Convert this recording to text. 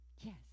Yes